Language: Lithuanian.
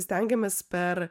stengiamės per